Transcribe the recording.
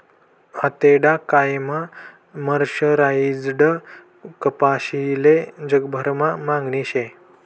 आतेना कायमा मर्सराईज्ड कपाशीले जगभरमा मागणी शे